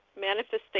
manifestation